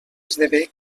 esdevé